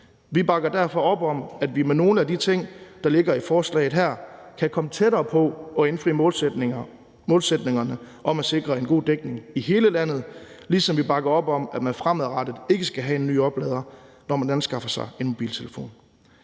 Vi bakker derfor op om, at vi med nogle af de ting, der ligger i forslaget her, kan komme tættere på at indfri målsætningerne om at sikre en god dækning i hele landet, ligesom vi bakker op om, at man fremadrettet ikke skal have en ny oplader, når man anskaffer sig en mobiltelefon.